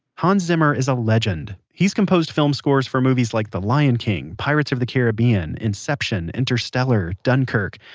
hans zimmer is a legend. he's composed film scores for movies like the lion king, pirates of the caribbean, inception, interstellar, dunkirk,